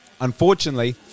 Unfortunately